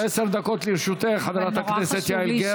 עשר דקות לרשותך, חברת הכנסת יעל גרמן.